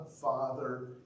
Father